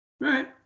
Right